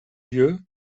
lieu